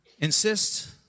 insist